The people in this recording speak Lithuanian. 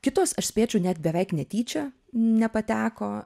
kitos aš spėčiau net beveik netyčia nepateko